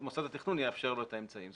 מוסד התכנון יאפשר לו את האמצעים.